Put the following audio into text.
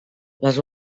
les